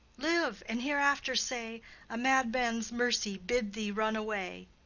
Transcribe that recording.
live, and hereafter say a madman's mercy bid thee run away.